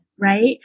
right